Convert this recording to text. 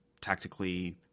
tactically